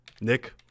Nick